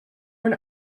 and